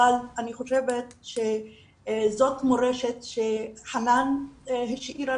אבל אני חושבת שזאת מורשת שחנאן השאירה